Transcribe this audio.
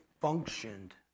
functioned